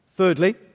Thirdly